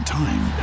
time